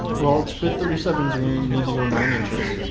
well, to fit thirty seven s you're gonna need to go nine inches.